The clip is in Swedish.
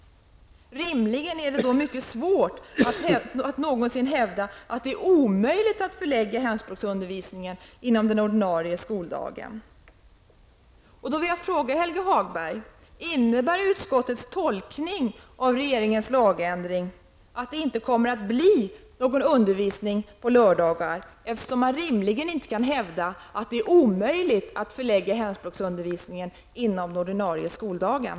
Rimligen är det då mycket svårt att någonsin hävda att det är omöjligt att förlägga hemspråksundervisningen inom den ordinarie skoldagen! Jag vill då fråga Helge Hagberg: Innebär utskottets tolkning av regeringens lagändring att det inte kommer att bli någon undervisning på lördagar, eftersom man inte rimligen kan hävda att det är omöjligt att förlägga hemspråksundervisningen inom den ordinarie skoldagen?